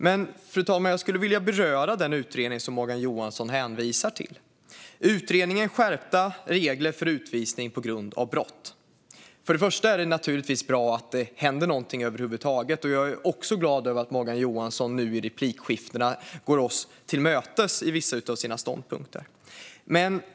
Fru talman! Jag skulle vilja beröra den utredning som Morgan Johansson hänvisar till, utredningen Skärpta regler för utvisning på grund av brott. För det första: Det är naturligtvis bra att det händer någonting över huvud taget. Jag är också glad över att Morgan Johansson nu i vissa av sina ståndpunkter går oss till mötes.